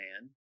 man